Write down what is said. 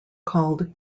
called